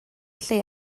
lle